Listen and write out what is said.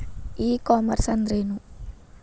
E commerce ಅಂದ್ರೇನು?